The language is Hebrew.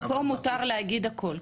פה מותר להגיד הכל,